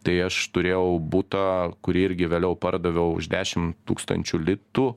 tai aš turėjau butą kurį irgi vėliau pardaviau už dešim tūkstančių litų